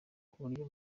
buryo